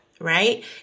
right